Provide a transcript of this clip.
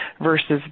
versus